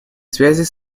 связей